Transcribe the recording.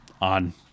on